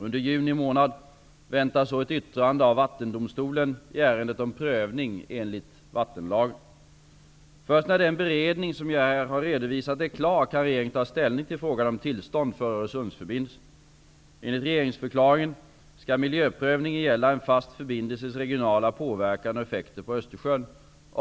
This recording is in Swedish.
Under juni månad väntas ett yttrande av Först när den beredning som jag här har redovisat är klar kan regeringen ta ställning till frågan om tillstånd för Öresundsförbindelsen. Enligt regeringsförklaringen skall miljöprövningen gälla en fast förbindelses regionala påverkan och effekter på Östersjön.